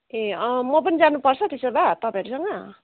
ए अँ म पनि जानुपर्छ त्यसो भए तपाईँहरूसँग